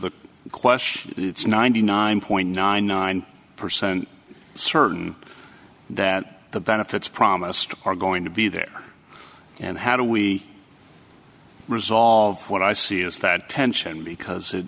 the question it's ninety nine point nine nine percent certain that the benefits promised are going to be there and how do we resolve what i see is that tension because